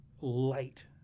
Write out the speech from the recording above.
light